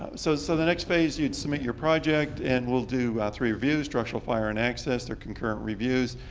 um so so the next phase, you'd submit your project. and we'll do three reviews, structural, fire and access. they're concurrent reviews.